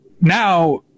now